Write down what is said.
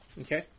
okay